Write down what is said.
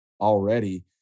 already